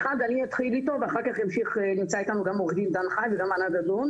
אני אתחיל בנושא הראשון ואחר כך ימשיך עו"ד דן חי שנמצא אתנו.